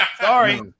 Sorry